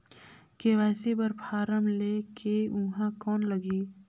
KYC बर form ले के ऊहां कौन लगही?